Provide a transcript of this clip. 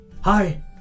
Hi